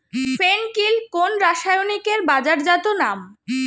ফেন কিল কোন রাসায়নিকের বাজারজাত নাম?